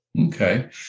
Okay